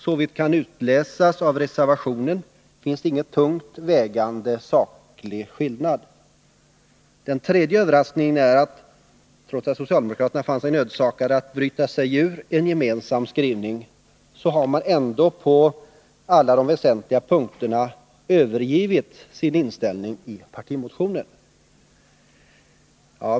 Såvitt kan utläsas av reservationen finns det ingen tungt vägande saklig skillnad. Den tredje överraskningen är att socialdemokraterna, trots att de fann sig nödsakade att bryta sig ur en gemensam skrivning, på alla väsentliga punkter har övergivit sina yrkanden i partimotionen.